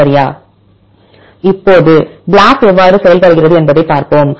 சரியா இப்போது BLAST எவ்வாறு செயல்படுகிறது என்பதைப் பார்ப்போம்